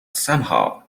somehow